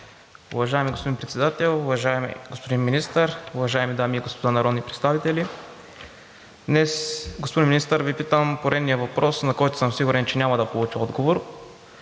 Уважаеми господин Председател, уважаеми господин Министър, уважаеми дами и господа народни представители! Днес, господин Министър, Ви питам поредния въпрос, на който съм сигурен, че няма да получа отговор,